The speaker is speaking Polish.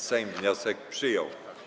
Sejm wniosek przyjął.